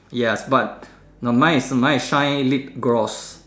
yes but the mine is mine is shine lip gloss